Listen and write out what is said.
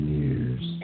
years